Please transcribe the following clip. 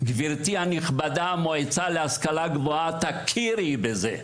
גבירתי הנכבדה מהמועצה להשכלה גבוהה תכירי בזה.